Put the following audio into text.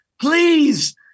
Please